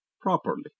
properly